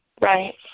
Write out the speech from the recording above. Right